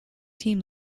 team